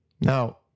Now